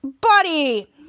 Buddy